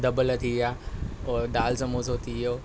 डॿल थी या पोइ दाल समोसो थी वयो